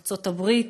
ארצות-הברית,